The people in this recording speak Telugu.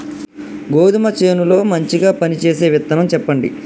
గోధుమ చేను లో మంచిగా పనిచేసే విత్తనం చెప్పండి?